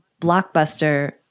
blockbuster